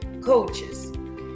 coaches